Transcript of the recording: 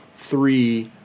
three